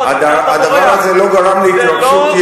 והדבר הזה לא גרם להתרגשות,